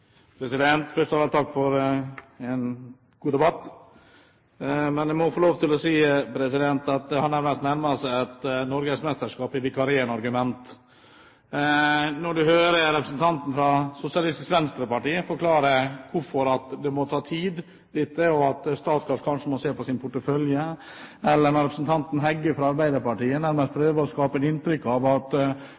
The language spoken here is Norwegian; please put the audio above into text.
Først av alt, takk for en god debatt. Men jeg må få lov til å si at det har nærmet seg et norgesmesterskap i vikarierende argumenter. Når du hører representanten fra Sosialistisk Venstreparti forklare hvorfor dette må ta tid, og at Statkraft kanskje må se på sin portefølje, eller når representanten Heggø fra Arbeiderpartiet nærmest prøver å skape et inntrykk av at